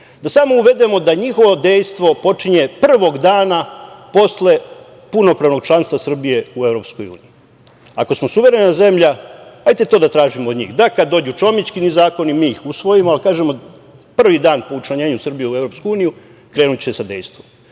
da samo uvedemo da njihovo dejstvo počinje prvog dana posle punopravnog članstva Srbije u EU. Ako smo suverena zemlja, hajde da to tražimo od njih, da kada dođu Čomićkini zakoni mi ih usvojimo, kažemo – prvi dan po učlanjenju Srbije u EU krenuće sa dejstvom.